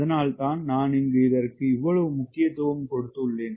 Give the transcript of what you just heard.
அதனால்தான் நான் இங்கு இதற்கு இவ்வளவு முக்கியத்துவம் கொடுத்துள்ளேன்